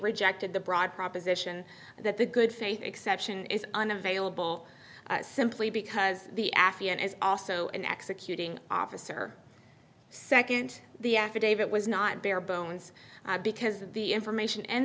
rejected the broad proposition that the good faith exception is unavailable simply because the affiant is also in executing officer second the affidavit was not barebones because the information and